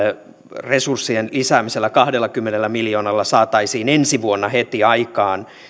resurssien lisäämisellä kahdellakymmenellä miljoonalla saataisiin ensi vuonna heti aikaan